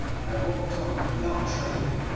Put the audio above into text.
i walked on without trembling,